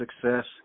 success